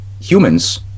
humans